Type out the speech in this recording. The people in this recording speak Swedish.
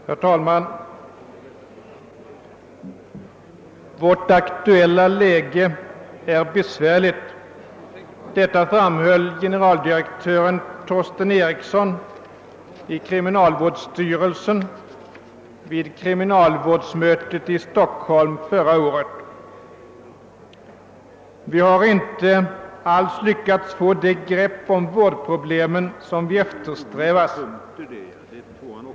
Herr talman! »Vårt aktuella läge är besvärligt«, sade generaldirektören Torsten Eriksson i kriminalvårdsstyrelsen vid kriminalvårdsmötet i Stockholm förra året. Generaldirektör Eriksson framhöll vidare bl.a.: Vi har inte alls lyckats få det grepp om vårdproblemen som vi eftersträvat.